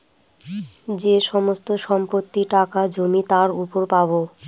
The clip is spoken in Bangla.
যে সমস্ত সম্পত্তি, টাকা, জমি তার উপর পাবো